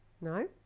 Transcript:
No